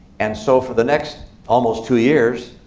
and so for the next almost two years,